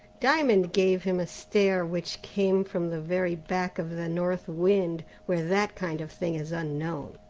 diamond gave him a stare which came from the very back of the north wind, where that kind of thing is unknown.